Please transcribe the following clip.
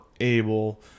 able